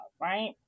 right